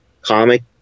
comic